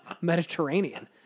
Mediterranean